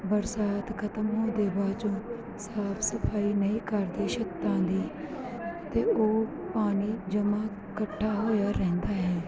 ਬਰਸਾਤ ਖਤਮ ਹੋਣ ਦੇ ਬਾਵਜੂਦ ਸਾਫ ਸਫਾਈ ਨਹੀਂ ਕਰਦੇ ਛੱਤਾਂ ਦੀ ਅਤੇ ਉਹ ਪਾਣੀ ਜਮਾਂ ਇਕੱਠਾ ਹੋਇਆ ਰਹਿੰਦਾ ਹੈ